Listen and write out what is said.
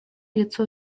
лицо